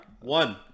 One